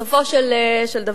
בסופו של דבר,